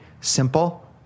simple